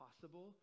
possible